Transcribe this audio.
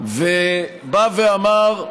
ובא ואמר,